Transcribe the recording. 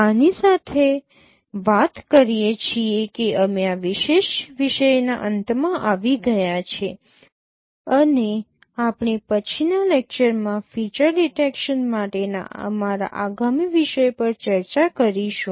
આની સાથે વાત કરીએ છીએ કે અમે આ વિશેષ વિષયના અંતમાં આવી ગયા છે અને આપણે પછીનાં લેક્ચરમાં ફીચર ડિટેક્ટશન માટેના અમારા આગામી વિષય પર ચર્ચા કરીશું